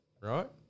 right